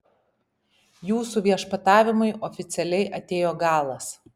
jūsų viešpatavimui oficialiai atėjo galas